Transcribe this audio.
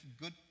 good